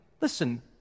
listen